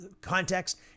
Context